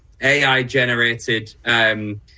AI-generated